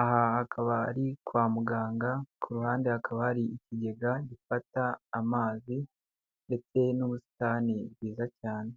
aha hakaba ari kwa muganga, ku ruhande hakaba hari ikigega gifata amazi ndetse n'ubusitani bwiza cyane.